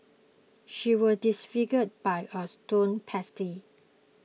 she was disfigured by a stone pestle